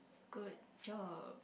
good job